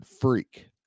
freak